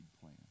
plan